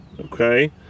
Okay